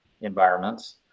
environments